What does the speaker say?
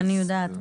אני יודעת,